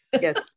Yes